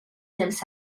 dels